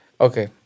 Okay